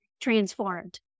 transformed